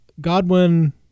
Godwin